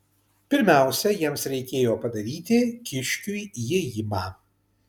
pirmiausia jiems reikėjo padaryti kiškiui įėjimą